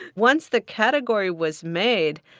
once the category was made,